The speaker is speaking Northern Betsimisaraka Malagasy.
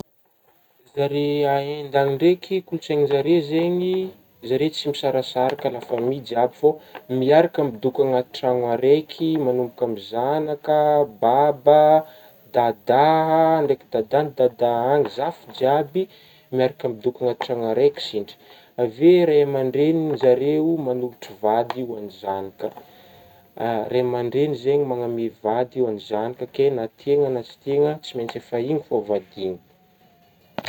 Zare a Inde agny ndraiky, kototsaigna zare zegny, zare tsy misarasaraka lafamy jiaby fô miaraka midoko agnaty tragno araiky, magnomboaka amin'gny zagnaka, baba, dadà ndraiky dadà agn'ny dadà agny, zafy jiaby miaraka midoko, agnaty tragno araiky sintry, avy eo ray aman-dregny zareo manolotra vady hoagn'ny zagnaka, ray aman-dregny zegny magname vady ho agny zagnaka ke na tiagna na tsy tiagna tsy maintsy efa igny fô vadiagna.